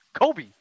Kobe